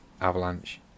avalanche